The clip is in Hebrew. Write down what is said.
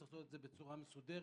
יש להעבירם בצורה מסודרת,